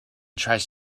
tries